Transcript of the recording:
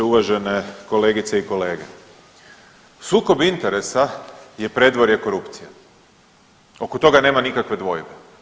Uvažene kolegice i kolege, sukob interesa je predvorje korupcije ono toga nema nikakve dvojbe.